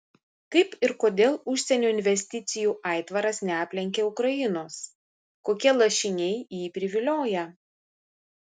kaip ir kodėl užsienio investicijų aitvaras neaplenkia ukrainos kokie lašiniai jį privilioja